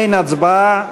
אין הצבעה.